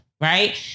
Right